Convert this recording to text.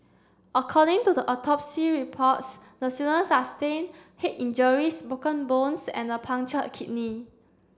according to the autopsy reports the student sustained head injuries broken bones and a punctured kidney